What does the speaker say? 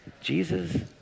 Jesus